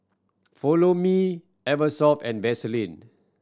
Follow Me Eversoft and Vaseline